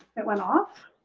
it went off?